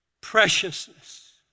preciousness